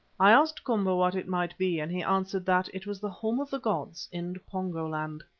i asked komba what it might be, and he answered that it was the home of the gods in pongo-land.